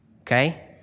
okay